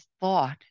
thought